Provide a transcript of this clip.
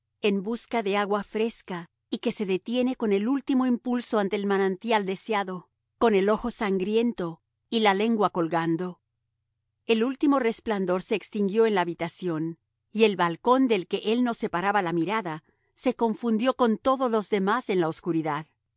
en busca de agua fresca y que se detiene con el último impulso ante el manantial deseado con el ojo sangriento y la lengua colgando el último resplandor se extinguió en la habitación y el balcón del que él no separaba la mirada se confundió con todos los demás en la obscuridad